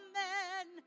men